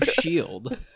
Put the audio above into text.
shield